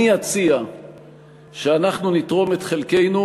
אני אציע שאנחנו נתרום את חלקנו,